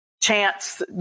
chance